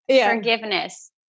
forgiveness